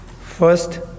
First